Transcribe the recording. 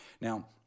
Now